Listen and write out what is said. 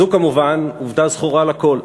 זו כמובן עובדה זכורה לכול.